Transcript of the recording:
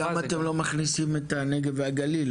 למה אתם לא מכניסים את הנגב והגליל.